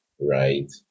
right